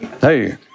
Hey